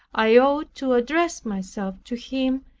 i ought to address myself to him,